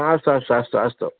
अस्तु अस्तु अस्तु अस्तु